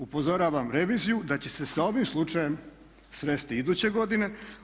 Upozoravam reviziju da će se sa ovim slučajem sresti iduće godine.